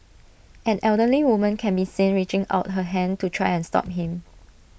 an elderly woman can be seen reaching out her hand to try and stop him